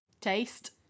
taste